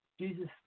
Jesus